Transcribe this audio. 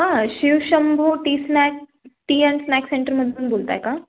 हां Shivshambho tea snack tea and snack सेंटरमधून बोलताय का